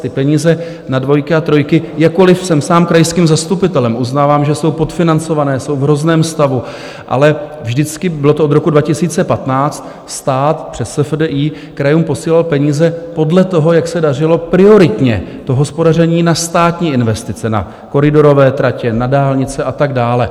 Ty peníze na dvojky a trojky jakkoliv jsem sám krajským zastupitelem, uznávám, že jsou podfinancované, jsou v hrozném stavu ale vždycky to bylo, od roku 2015, stát přes SFDI krajům posílal peníze podle toho, jak se dařilo prioritně hospodaření na státní investice, na koridorové tratě, na dálnice a tak dále.